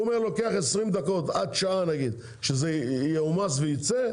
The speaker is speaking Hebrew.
הוא אומר שלוקח 20 דקות עד שעה להעמיס ולצאת,